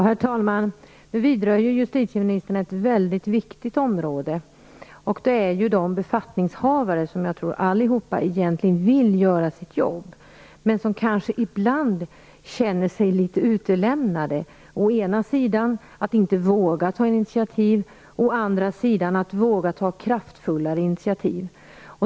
Herr talman! Nu vidrör justitieministern ett mycket viktigt område, nämligen det som rör de befattningshavare som jag tror egentligen vill göra sitt jobb men som kanske ibland känner sig litet utelämnade, å ena sidan att inte våga ta initiativ, och å andra sidan att våga ta kraftfullare initiativ.